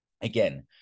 Again